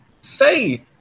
say